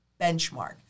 benchmark